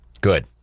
Good